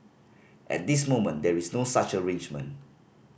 at this moment there is no such arrangement